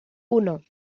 uno